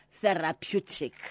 Therapeutic